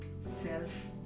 self